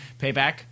Payback